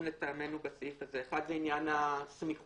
לטעמנו בסעיף הזה: 1. זה עניין הסמיכות.